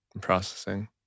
processing